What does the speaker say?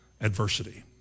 adversity